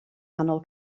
nghanol